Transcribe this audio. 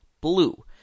blue